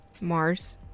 Mars